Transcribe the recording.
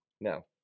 No